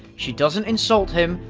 she doesn't insult him.